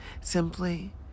simply